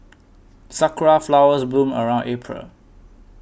sakura flowers bloom around April